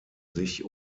sich